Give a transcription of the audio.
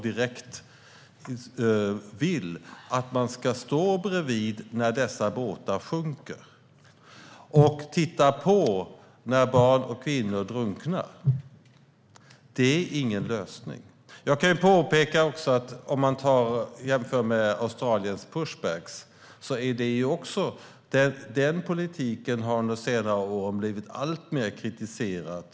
De vill att man ska stå bredvid när dessa båtar sjunker och titta på när barn och kvinnor drunknar. Sedan gäller det Australiens modell med pushback. Den politiken har under senare år blivit alltmer kritiserad.